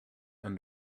and